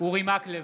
אורי מקלב,